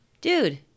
dude